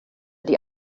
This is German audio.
die